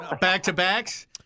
Back-to-backs